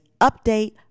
update